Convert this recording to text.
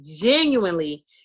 genuinely